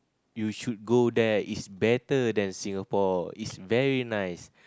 you should go there it's better than Singapore it's very nice